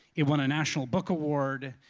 it won a national book award,